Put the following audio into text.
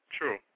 true